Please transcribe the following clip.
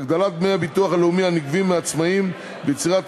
(הגדלת דמי ביטוח לאומי הנגבים מעצמאים ויצירת